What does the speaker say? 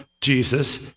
Jesus